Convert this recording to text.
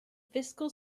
fiscal